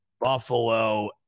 Buffalo